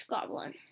Goblin